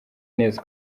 neza